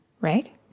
Right